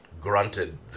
grunted